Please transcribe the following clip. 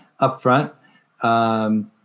upfront